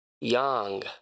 yang